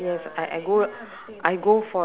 mm mm ya lah ya lah ya lah